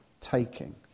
taking